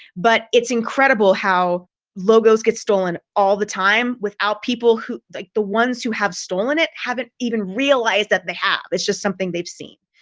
but it's incredible how logos gets stolen all the time without people who like the ones who have stolen it haven't even realized that they have it's just something they've seen.